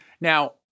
now